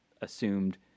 assumed